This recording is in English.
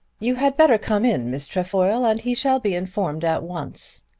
you had better come in, miss trefoil, and he shall be informed at once.